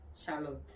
Charlotte